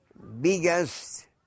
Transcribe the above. biggest